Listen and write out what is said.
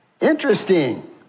Interesting